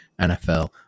NFL